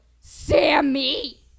Sammy